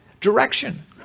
direction